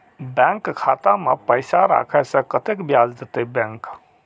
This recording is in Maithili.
बैंक खाता में पैसा राखे से कतेक ब्याज देते बैंक?